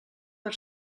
per